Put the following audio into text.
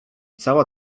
cała